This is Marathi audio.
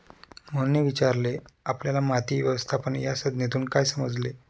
मोहनने विचारले आपल्याला माती व्यवस्थापन या संज्ञेतून काय समजले?